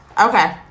Okay